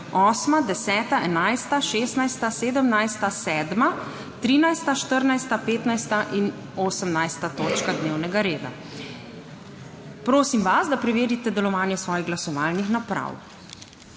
8., 10., 11., 16., 17., 7., 13., 14., 15. in 18. točka dnevnega reda. Prosim vas, da preverite delovanje glasovalnih naprav.